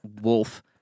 wolf